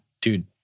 dude